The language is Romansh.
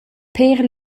pér